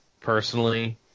personally